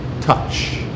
touch